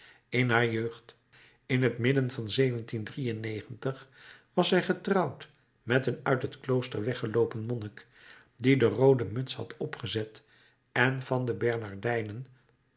in haar jeugd in t midden van was zij getrouwd met een uit t klooster weggeloopen monnik die de roode muts had opgezet en van de bernardijnen